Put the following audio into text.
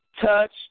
Touch